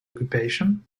occupation